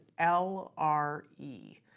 LRE